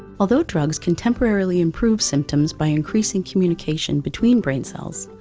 although drugs can temporarily improve symptoms by increasing communication between brain cells,